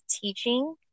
teaching